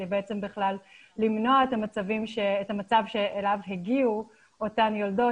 בעצם בכלל למנוע את המצב שאליו הגיעו אותן יולדות